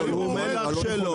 לא, הוא אומר לך שלא.